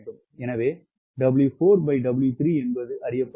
எனவே 𝑊4W3 என்பது அறியப்படுகிறது